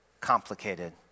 complicated